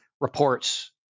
reports